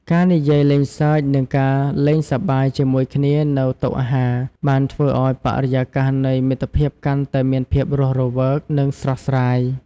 ការនិយាយលេងសើចនិងការលេងសប្បាយជាមួយគ្នានៅតុអាហារបានធ្វើឱ្យបរិយាកាសនៃមិត្តភាពកាន់តែមានភាពរស់រវើកនិងស្រស់ស្រាយ។